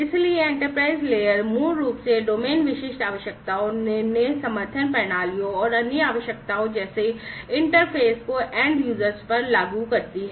इसलिए enterprise layer मूल रूप से डोमेन विशिष्ट आवश्यकताओं निर्णय समर्थन प्रणालियों और अन्य आवश्यकताओं जैसे इंटरफेस को एंड्यूज़र्स पर लागू करती है